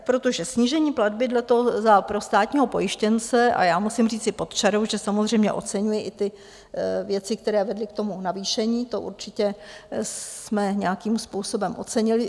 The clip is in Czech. Protože snížení platby pro státního pojištěnce a já musím říci pod čarou, že samozřejmě oceňuji i ty věci, které vedly k tomu navýšení, to určitě jsme nějakým způsobem ocenili.